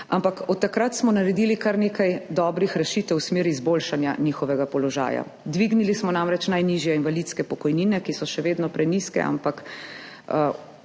Ampak od takrat smo naredili kar nekaj dobrih rešitev v smeri izboljšanja njihovega položaja. Dvignili smo namreč najnižje invalidske pokojnine, ki so še vedno prenizke, ampak